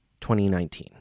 2019